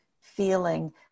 feeling